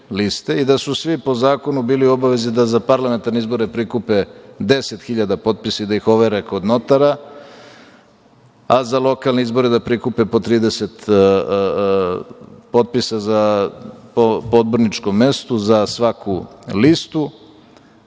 i da su svi po zakonu bili u obavezi da za parlamentarne izbore prikupe 10 hiljada potpisa i da ih overe kod notara, a za lokalne izbore da prikupe po 30 potpisa po odborničkom mestu za svaku listu,